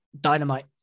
Dynamite